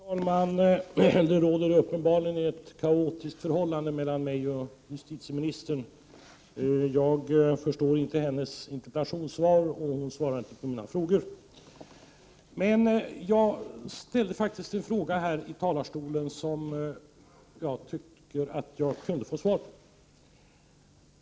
Prot. 1988/89:51 Herr talman! Det råder uppenbarligen ett kaotiskt förhållande mellan 17 januari 1989 justitieministern och mig. Jag förstår inte hennes interpellationssvar, och hon Oo är :: é ue år än 'm åtgärder mot ungsvarar inte på mina frågor. Men jag ställde faktiskt här i talarstolen en fråga, dömsvåldet som jag tycker att jag kunde få svar på.